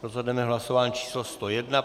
Rozhodneme v hlasování číslo 101.